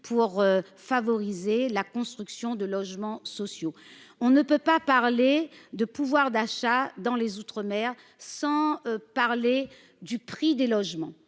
pour favoriser la construction de logements sociaux. On ne peut évoquer la question du pouvoir d'achat dans les outre-mer sans parler du prix des logements.